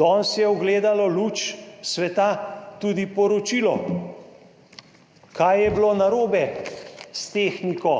Danes je ugledalo luč sveta tudi poročilo, kaj je bilo narobe s tehniko